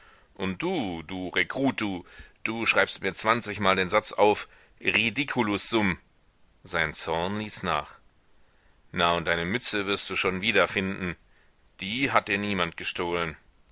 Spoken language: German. und du du rekrut du du schreibst mir zwanzigmal den satz auf ridiculus sum sein zorn ließ nach na und deine mütze wirst du schon wiederfinden die hat dir niemand gestohlen